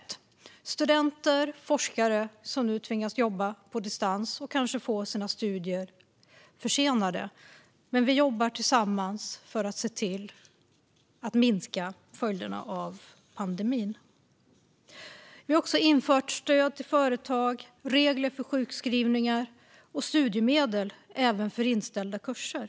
Det handlar om studenter och forskare som nu tvingas jobba på distans och vars studier nu kanske blir försenade. Vi jobbar tillsammans för att se till att minska följderna av pandemin. Vi här har infört stöd till företag, regler för sjukskrivningar och studiemedel för inställda kurser.